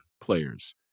players